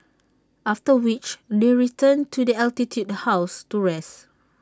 after which they return to the altitude house to rest